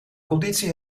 conditie